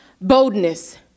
boldness